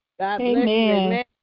Amen